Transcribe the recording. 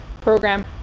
program